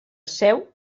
seu